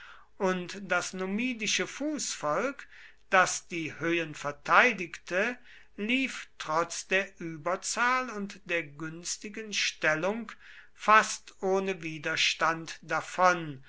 und das numidische fußvolk das die höhen verteidigte lief trotz der überzahl und der günstigen stellung fast ohne widerstand davon